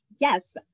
yes